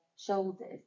shoulders